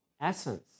essence